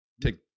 take